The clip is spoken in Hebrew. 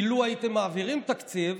כי לו הייתם מעבירים תקציב,